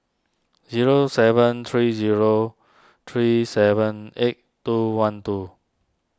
zero seven three zero three seven eight two one two